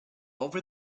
over